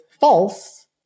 false